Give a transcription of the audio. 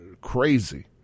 Crazy